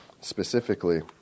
specifically